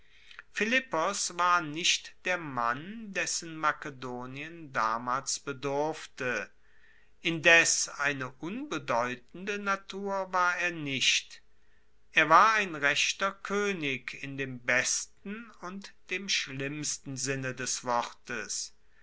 philippos war nicht der mann dessen makedonien damals bedurfte indes eine unbedeutende natur war er nicht er war ein rechter koenig in dem besten und dem schlimmsten sinne des wortes